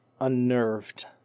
unnerved